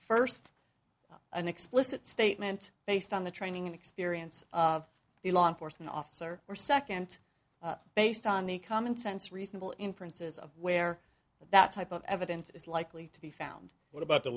first an explicit statement based on the training and experience of the law enforcement officer or second based on the commonsense reasonable inferences of where that type of evidence is likely to be found what about the